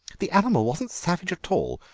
the animal wasn't savage at all,